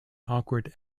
awkward